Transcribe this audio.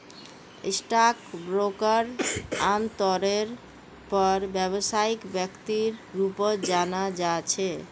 stock ब्रोकरक आमतौरेर पर व्यवसायिक व्यक्तिर रूपत जाना जा छे